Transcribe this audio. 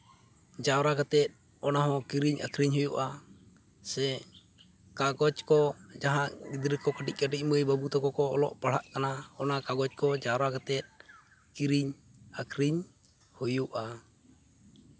ᱡᱟᱣᱨᱟ ᱠᱟᱛᱮᱫ ᱚᱱᱟᱦᱚᱸ ᱠᱤᱨᱤᱧ ᱟᱹᱠᱷᱨᱤᱧ ᱦᱩᱭᱩᱜᱼᱟ ᱥᱮ ᱠᱟᱜᱚᱡᱽ ᱠᱚ ᱡᱟᱦᱟᱸ ᱜᱤᱫᱽᱨᱟᱹ ᱠᱚ ᱠᱟᱹᱴᱤᱡᱼᱠᱟᱹᱴᱤᱡ ᱢᱟᱹᱭᱼᱵᱟᱹᱵᱩ ᱛᱟᱠᱚ ᱠᱚ ᱚᱞᱚᱜ ᱯᱟᱲᱦᱟᱜ ᱠᱟᱱᱟ ᱚᱱᱟ ᱠᱟᱜᱚᱡᱽ ᱠᱚ ᱡᱟᱣᱨᱟ ᱠᱟᱛᱮᱫ ᱠᱤᱨᱤᱧ ᱟᱹᱠᱷᱨᱤᱧ ᱦᱩᱭᱩᱜᱼᱟ